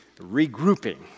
regrouping